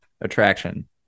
attraction